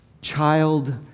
child